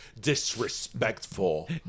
disrespectful